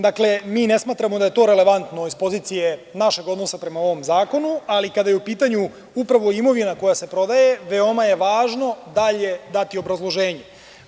Dakle, mi ne smatramo da je to relevantno iz pozicije našeg odnosa prema ovom zakonu, ali kada je u pitanju upravo imovina koja se prodaje, veoma je važno dalje dati obrazloženje.